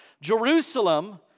Jerusalem